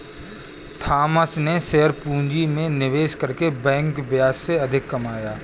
Thomas ने share पूंजी में निवेश करके बैंक ब्याज से अधिक कमाया